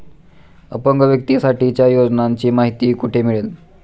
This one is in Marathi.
अपंग व्यक्तीसाठीच्या योजनांची माहिती कुठे मिळेल?